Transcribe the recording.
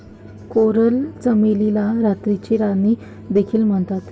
coral चमेलीला रात्रीची राणी देखील म्हणतात